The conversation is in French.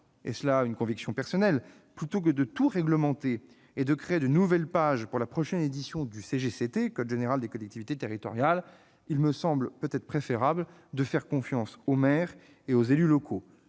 c'est une conviction personnelle -, plutôt que de tout réglementer et de créer de nouvelles pages pour la prochaine édition du code général des collectivités territoriales, il me semble préférable de faire confiance aux maires et aux élus locaux.